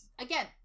again